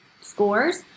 scores